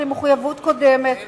יש לי מחויבות קודמת,